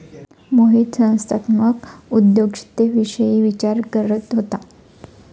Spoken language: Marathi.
मोहित संस्थात्मक उद्योजकतेविषयी विचार करत होता